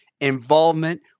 involvement